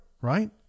right